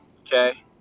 Okay